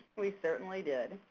we certainly did.